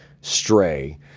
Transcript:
Stray